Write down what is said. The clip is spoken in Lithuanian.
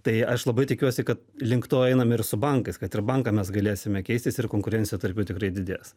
tai aš labai tikiuosi kad link to einam ir su bankais kad ir bankam mes galėsime keistis ir konkurencija tarp jų tikrai didės